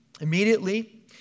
Immediately